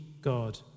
God